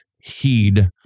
heed